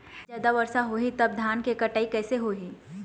जादा वर्षा होही तब धान के कटाई कैसे होही?